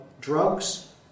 drugs